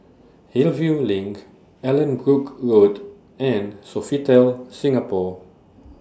Hillview LINK Allanbrooke Road and Sofitel Singapore